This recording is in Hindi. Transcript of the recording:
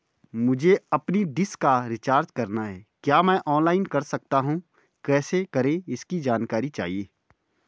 मुझे अपनी डिश का रिचार्ज करना है क्या मैं ऑनलाइन कर सकता हूँ कैसे करें इसकी जानकारी चाहिए?